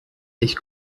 ich